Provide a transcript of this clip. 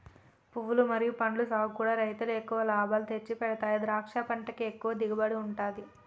పువ్వులు మరియు పండ్ల సాగుకూడా రైలుకు ఎక్కువ లాభాలు తెచ్చిపెడతాయి ద్రాక్ష పంటకు ఎక్కువ దిగుబడి ఉంటది